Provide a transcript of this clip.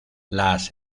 las